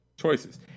choices